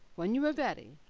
when you are ready,